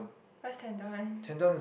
what's tendon